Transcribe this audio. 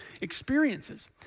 experiences